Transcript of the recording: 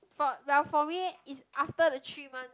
for well for me is after the three month